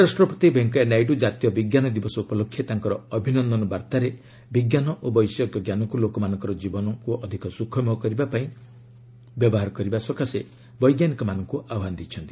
ଉପରାଷ୍ଟ୍ରପତି ଭେଙ୍କୟା ନାଇଡୁ ଜାତୀୟ ବିଜ୍ଞାନ ଦିବସ ଉପଲକ୍ଷେ ତାଙ୍କର ଅଭିନନ୍ଦନ ବାର୍ତ୍ତାରେ ବିଜ୍ଞାନ ଓ ବୈଷୟିକଜ୍ଞାନକୁ ଲୋକମାନଙ୍କର ଜୀବନକୁ ଅଧିକ ସୁଖମୟ କରିବା ପାଇଁ ବ୍ୟବହାର କରିବା ଲାଗି ବୈଜ୍ଞାନିକମାନଙ୍କୁ ଆହ୍ୱାନ ଦେଇଛନ୍ତି